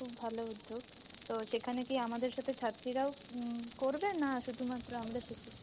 খুব ভালো উদ্যোগ তো সেখানে কি আমাদের সাথে ছাত্রীরাও করবে না শুধুমাত্র আমরা শিক্ষিকা